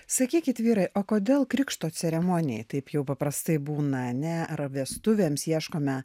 sakykit vyrai o kodėl krikšto ceremonija taip jau paprastai būna ne ar vestuvėms ieškome